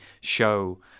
show